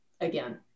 again